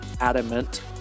Adamant